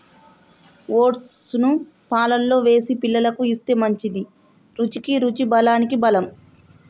oats ను పాలల్లో వేసి పిల్లలకు ఇస్తే మంచిది, రుచికి రుచి బలానికి బలం